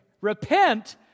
Repent